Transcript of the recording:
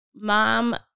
mom